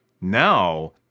now